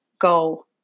go